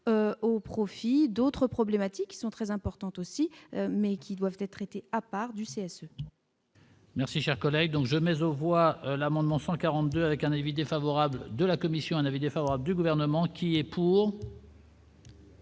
au profit d'autres problématiques sont très importante aussi, mais qui doivent être traités à part du CSE. Merci, cher collègue donc jamais aux voix l'amendement 142 avec un avis défavorable de la commission, un avis défavorable du gouvernement qui est pour.